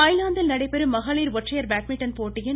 தாய்லாந்தில் நடைபெறும் மகளிர் ஒற்றையர் பேட்மிண்டன் போட்டியின்